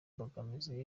mbogamizi